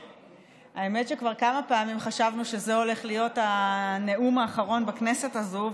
האמת שכבר כמה פעמים חשבנו שזה הולך להיות הנאום האחרון בכנסת הזו,